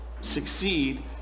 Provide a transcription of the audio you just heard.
succeed